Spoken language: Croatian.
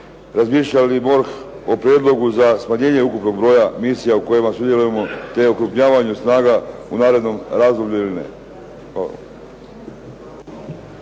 Razmišlja li MORH o prijedlogu za smanjenje ukupnog broja misija u kojima sudjelujemo, te okrupnjavanju snaga u narednom razdoblju ili ne?